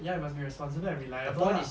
ya you must be responsible and reliable lah